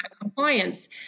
compliance